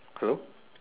hello